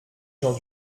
gens